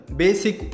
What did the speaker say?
basic